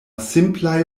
simplaj